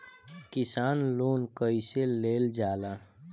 किसान लोन कईसे लेल जाला?